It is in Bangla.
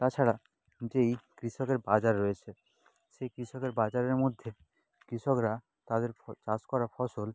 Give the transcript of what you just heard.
তাছাড়া যেই কৃষকের বাজার রয়েছে সেই কৃষকের বাজারের মধ্যে কৃষকরা তাদের চাষ করা ফসল